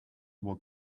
will